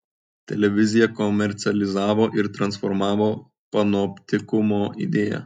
televizija komercializavo ir transformavo panoptikumo idėją